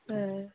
হ্যাঁ